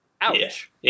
ouch